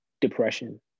depression